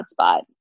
hotspot